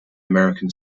american